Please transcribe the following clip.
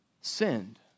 sinned